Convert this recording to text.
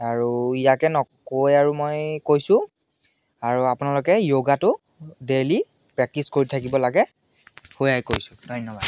আৰু ইয়াকে নকৈ আৰু মই কৈছোঁ আৰু আপোনালোকে যোগাটো ডেইলি প্ৰেকটিচ কৰি থাকিব লাগে সেয়াই কৈছোঁ ধন্যবাদ